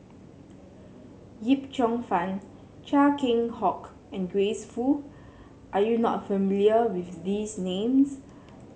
Yip Cheong Fun Chia Keng Hock and Grace Fu are you not familiar with these names